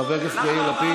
חבר הכנסת יאיר לפיד.